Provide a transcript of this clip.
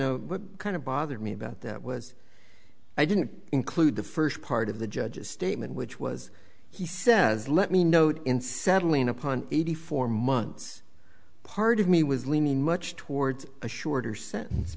know kind of bothered me about that was i didn't include the first part of the judge's statement which was he says let me note in settling upon eighty four months part of me was leaning much towards a shorter sentence